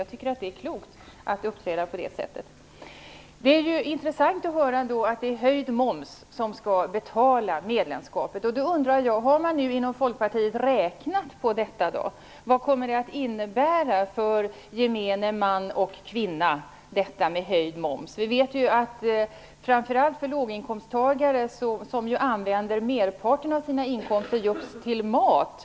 Jag tycker att det är klokt att uppträda på det sättet. Det är intressant att höra att en höjd moms skall betala medlemskapet. Har man inom Folkpartiet räknat på detta? Vad kommer den höjda momsen att innebära för gemene man och kvinna? Vi vet att framför allt låginkomsttagare använder merparten av sina inkomster just till mat.